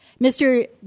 Mr